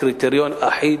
קריטריון אחיד,